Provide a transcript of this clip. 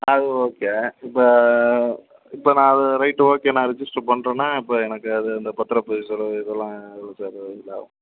அது ஓகே இப்போ இப்போ நான் அது ரைட்டு ஓகே நான் ரிஜிஸ்டர் பண்ணுறனா இப்போ எனக்கு அது இந்த பத்திர பதிவு செலவு இதெல்லாம் எவ்வளோ சார் இது ஆவும்